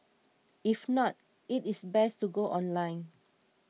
if not it is best to go online